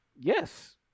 Yes